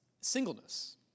singleness